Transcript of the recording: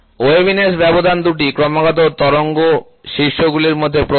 waviness ব্যবধান দুটি ক্রমাগত তরঙ্গ শৃঙ্গগুলির মধ্যে প্রস্থ